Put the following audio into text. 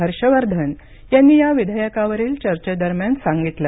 हर्ष वर्धन यांनी या विधेयकावरील चर्चेदरम्यान सांगितलं